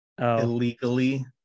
illegally